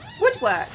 woodwork